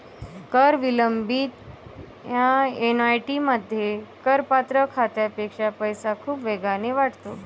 कर विलंबित ऍन्युइटीमध्ये, करपात्र खात्यापेक्षा पैसा खूप वेगाने वाढतो